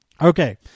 Okay